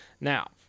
now